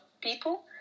people